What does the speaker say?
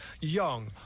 young